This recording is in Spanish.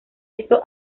esto